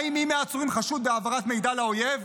האם מי מהעצורים חשוד בהעברת מידע לאויב?